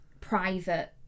private